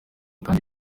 kandi